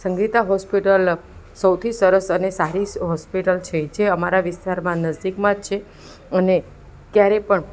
Sangita hospital સૌથી સરસ અને સારી હોસ્પિટલ છે જે અમારા વિસ્તારમાં નજદીકમાં જ છે અને ક્યારેય પણ